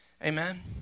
Amen